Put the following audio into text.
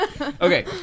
Okay